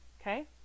okay